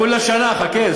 כולה שנה, חכה.